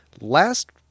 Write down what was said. Last